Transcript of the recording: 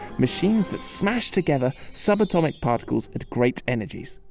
machines that smash together subatomic particles at great energies.